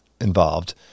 involved